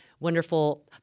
wonderful